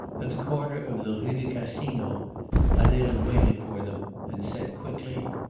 at the corner of the rue du casino adele waited for them and said quickly